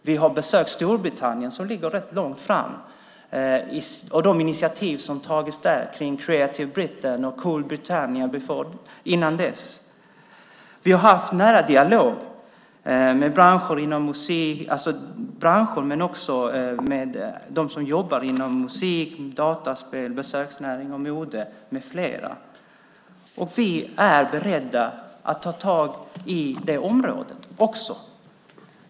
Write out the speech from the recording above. Vi har besökt Storbritannien som ligger rätt långt framme när det gäller de initiativ som tagits där kring Creative Britain och, innan dess, Cool Britannia. Vi har haft nära dialog med branscher men också med dem som jobbar med musik, dataspel, besöksnäring, mode med mera. Vi är beredda att ta tag också i det området.